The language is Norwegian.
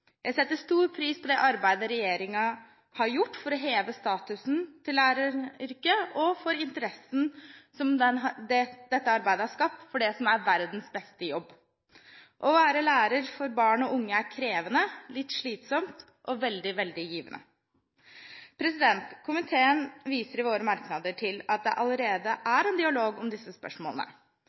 Jeg setter stor pris på det arbeidet regjeringen har gjort for å heve statusen til læreryrket, og for interessen som dette arbeidet har skapt for det som er verdens beste jobb. Å være lærer for barn og unge er krevende, litt slitsomt og veldig, veldig givende. Komiteen viser i sine merknader til at det allerede er en dialog om disse spørsmålene.